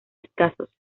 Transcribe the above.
escasos